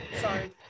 Sorry